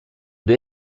due